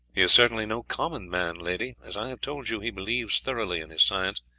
he is certainly no common man, lady. as i have told you, he believes thoroughly in his science,